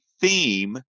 theme